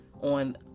on